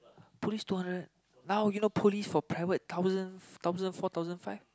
police two hundred now you know police for private thousands thousand four thousand five